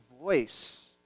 voice